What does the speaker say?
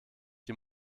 die